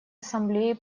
ассамблеи